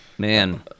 Man